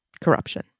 corruption